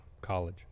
college